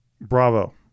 Bravo